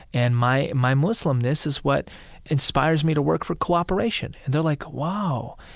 and my my muslimness is what inspires me to work for cooperation and they're like, wow,